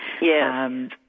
Yes